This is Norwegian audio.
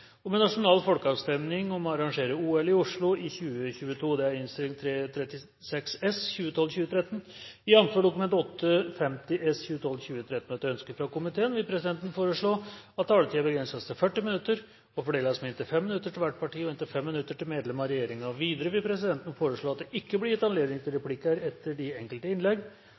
jobbe med med stort engasjement. Flere har ikke bedt om ordet til sak nr. 3. Etter ønske fra familie- og kulturkomiteen vil presidenten foreslå at taletiden begrenses til 40 minutter og fordeles med inntil 5 minutter til hvert parti og inntil 5 minutter til medlem av regjeringen. Videre vil presidenten foreslå at det ikke blir gitt anledning til replikker etter de enkelte innlegg,